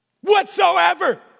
whatsoever